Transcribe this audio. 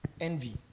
Envy